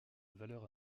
valeur